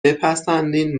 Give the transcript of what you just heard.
بپسندین